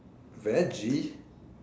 veggie